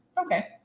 Okay